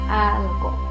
algo